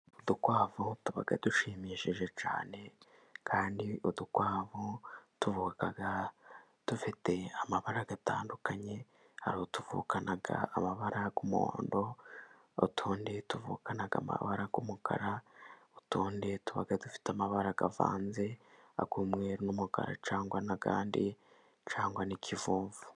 Udukwavu tuba dushimishije cyane, kandi udukwavu tuvuka dufite amabara atandukanye, hari utuvukana amabara y'umuhondo, utundi tuvukana amabara y'umukara, utundi tuba dufite amabara avanze, ay'umweru, n'umukara cyangwa n'ayandi cyangwa n'ikivumvu.